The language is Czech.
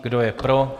Kdo je pro?